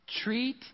Treat